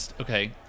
Okay